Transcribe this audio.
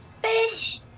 Fish